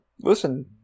Listen